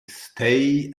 stay